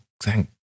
thank